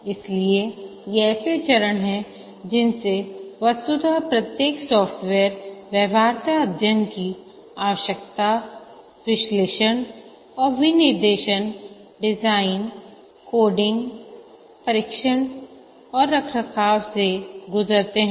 इसलिए ये ऐसे चरण हैं जिनसे वस्तुतः प्रत्येक सॉफ्टवेयर व्यवहार्यता अध्ययन की आवश्यकता विश्लेषण और विनिर्देशन डिजाइन कोडिंग परीक्षण और रखरखाव से गुजरते हैं